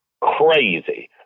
crazy